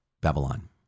Babylon